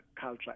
culture